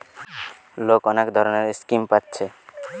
লোক অনেক ধরণের স্কিম পাচ্ছে